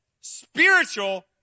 spiritual